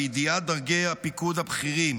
בידיעת דרגי הפיקוד הבכירים,